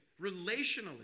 relationally